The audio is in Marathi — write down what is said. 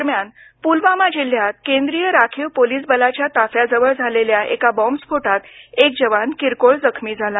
दरम्यान पुलवामा जिल्ह्यात केंद्रीय राखीव पोलीस बलाच्या ताफ्याजवळ झालेल्या एका बॉम्बस्फोटात एक जवान किरकोळ जखमी झाला